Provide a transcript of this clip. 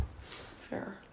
Fair